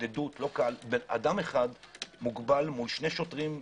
אדם אחד מוגבל מול שני שוטרים.